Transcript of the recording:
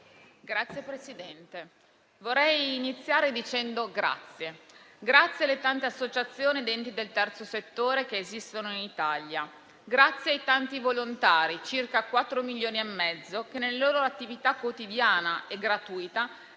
Signor Presidente, vorrei iniziare dicendo grazie: grazie alle tante associazioni ed enti del terzo settore che esistono in Italia; grazie ai tanti volontari, circa quattro milioni e mezzo, che, nella loro attività quotidiana e gratuita,